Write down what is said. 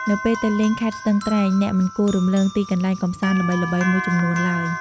នៅពេលទៅលេងខេត្តស្ទឹងត្រែងអ្នកមិនគួររំលងទីកន្លែងកម្សាន្តល្បីៗមួយចំនួនឡើយ។